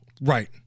Right